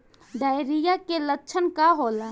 Diarrhoea के लक्षण का होला?